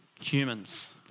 humans